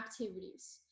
activities